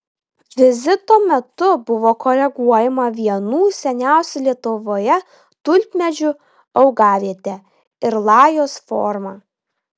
vizito metu buvo koreguojama vienų seniausių lietuvoje tulpmedžių augavietė ir lajos forma